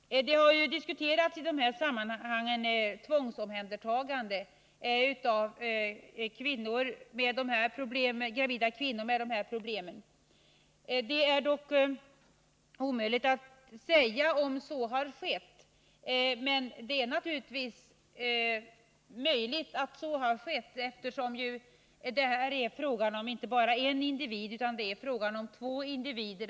I sammanhanget har man diskuterat tvångsomhändertagande av gravida kvinnor med missbruksproblem. Jag vet inte om sådana har skett, men det är givetvis möjligt, eftersom det här är fråga om inte bara en individ utan två individer.